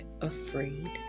afraid